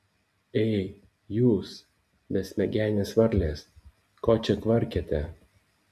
ei jūs besmegenės varlės ko čia kvarkiate